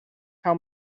how